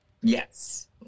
Yes